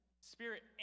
spirit